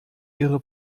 ihre